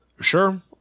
Sure